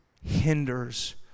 hinders